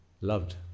loved